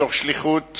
מתוך תחושת שליחות,